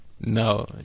no